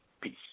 Peace